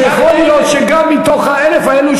שיכול להיות שגם מתוך האלף האלה,